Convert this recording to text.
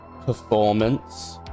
performance